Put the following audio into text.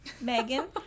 Megan